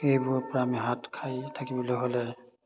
সেইবোৰৰ পৰা আমি হাত সাৰি থাকিবলৈ হ'লে